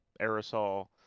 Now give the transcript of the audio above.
aerosol